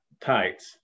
tights